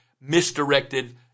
misdirected